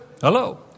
Hello